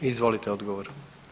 Izvolite odgovor.